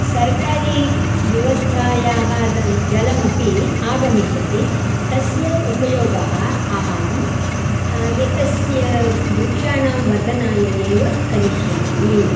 सर्वकारीयाः व्यवस्थायाः दन् जलमपि आगमिष्यति तस्य उपयोगः अहम् एतस्य वृक्षाणां वर्धनाय एव करिष्यामि